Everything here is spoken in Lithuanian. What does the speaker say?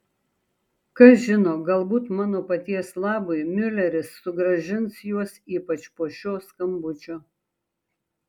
kas žino galbūt mano paties labui miuleris sugrąžins juos ypač po šio skambučio